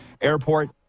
Airport